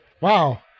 Wow